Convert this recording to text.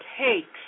takes